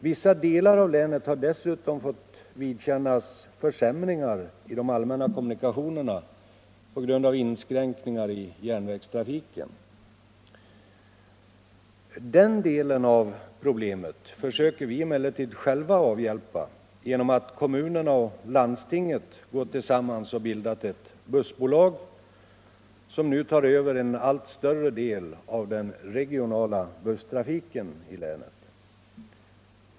Vissa delar av länet har dessutom fått vidkännas försämringar i de allmänna kommunikationerna på grund av inskränkningar i järnvägstrafiken. Den delen av problemet försöker vi emellertid själva avhjälpa genom att kommunerna och landstinget gått tillsammans och bildat ett bussbolag som nu tar över en allt större del av den regionala busstrafiken i länet.